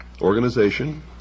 organization